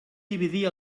dividir